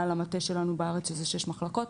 על המטה שלנו בארץ שזה שש מחלקות,